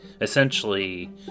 essentially